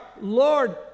Lord